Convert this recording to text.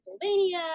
pennsylvania